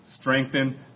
strengthen